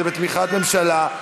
זה בתמיכת הממשלה.